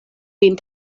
vin